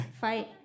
fight